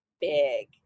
big